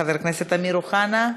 חבר הכנסת אמיר אוחנה,